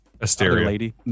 Asteria